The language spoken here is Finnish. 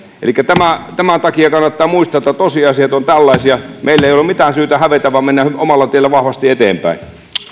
elikkä tämän takia kannattaa muistaa että tosiasiat ovat tällaisia meillä ei ole ole mitään syytä hävetä vaan mennään omalla tiellä vahvasti eteenpäin